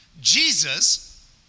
Jesus